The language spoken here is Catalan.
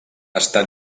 està